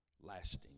lasting